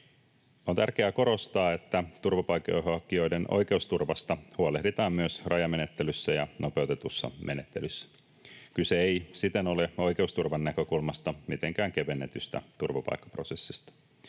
On tärkeää korostaa, että turvapaikanhakijoiden oikeusturvasta huolehditaan myös rajamenettelyssä ja nopeutetussa menettelyssä. Kyse ei siten ole oikeusturvan näkökulmasta mitenkään kevennetystä turvapaikkaprosessista.